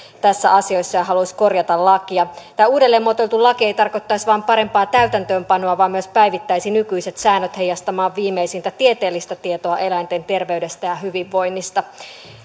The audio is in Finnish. tässä asiassa ja haluaisi korjata lakia tämä uudelleen muotoiltu laki ei tarkoittaisi vain parempaa täytäntöönpanoa vaan myös päivittäisi nykyiset säännöt heijastamaan viimeisintä tieteellistä tietoa eläinten terveydestä ja hyvinvoinnista